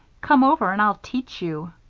come over and i'll teach you!